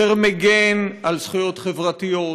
יותר מגן על זכויות חברתיות,